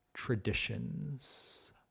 traditions